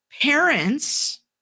parents